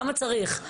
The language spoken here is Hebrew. כמה צריך?